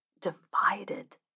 divided